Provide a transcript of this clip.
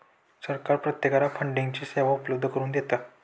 सरकार प्रत्येकाला फंडिंगची सेवा उपलब्ध करून देतं